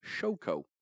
Shoko